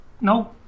No